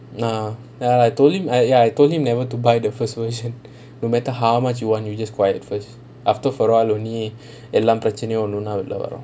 ya ya I told him ya I told him never to buy the first version no matter how much you want you just quiet first after for awhile only எல்லா பிரெச்சனையும் ஒன்னு ஒண்ணா வரும்:ellaa pirachanaiyum onnu onnaa varum